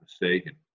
mistaken